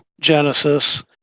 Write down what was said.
Genesis